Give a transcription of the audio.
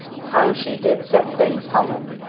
how she did set things humming!